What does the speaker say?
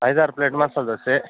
ಐದು ಆರು ಪ್ಲೇಟ್ ಮಸಾಲ ದೋಸೆ